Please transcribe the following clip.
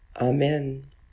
Amen